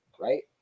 right